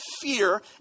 fear